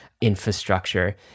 infrastructure